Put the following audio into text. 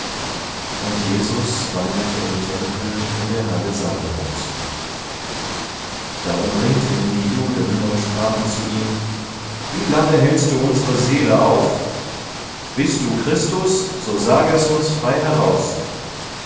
und jesus wandelte im tempel in der halle salomos da umringten ihn die juden und sprachen zu ihm wie lange hältst du unsere seele auf bist du christus so sage es uns frei heraus